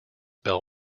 bell